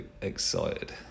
excited